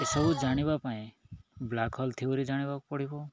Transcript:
ଏସବୁ ଜାଣିବା ପାଇଁ ବ୍ଲାକ୍ ହୋଲ୍ ଥିଓରି ଜାଣିବାକୁ ପଡ଼ିବ